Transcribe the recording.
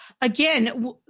again